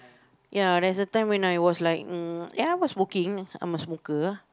ya there's a time when I was like uh ya I'm smoking I'm a smoker